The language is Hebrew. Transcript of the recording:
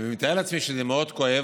אני מתאר לעצמי שזה מאוד כואב.